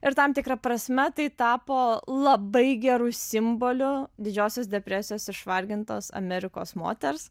ir tam tikra prasme tai tapo labai geru simboliu didžiosios depresijos išvargintos amerikos moters